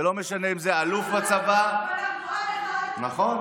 וזה לא משנה אם זה אלוף בצבא, בדיוק, נכון.